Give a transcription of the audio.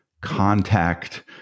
contact